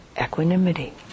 equanimity